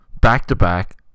back-to-back